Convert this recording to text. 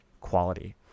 quality